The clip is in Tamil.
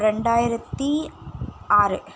ரெண்டாயிரத்தி ஆறு